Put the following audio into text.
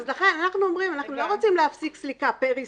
לכן אנחנו אומרים: אנחנו לא רוצים להפסיק סליקה פר עסקה,